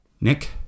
Nick